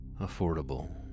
Affordable